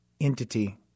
entity